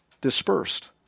dispersed